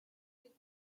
brick